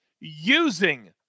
using